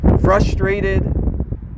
frustrated